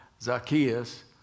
Zacchaeus